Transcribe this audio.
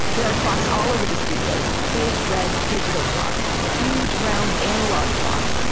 there are clocks all over the studios. big, red, digital clocks. huge, round, analog clocks,